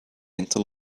into